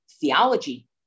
theology